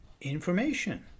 Information